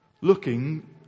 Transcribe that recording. looking